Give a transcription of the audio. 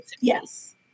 Yes